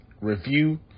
review